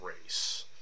race